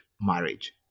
marriage